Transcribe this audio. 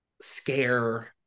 scare